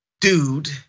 Dude